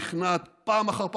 נכנעת פעם אחר פעם,